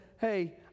hey